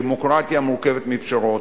דמוקרטיה מורכבת מפשרות.